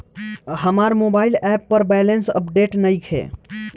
हमार mobile app पर balance update नइखे